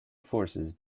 forces